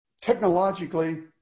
technologically